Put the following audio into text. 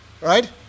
Right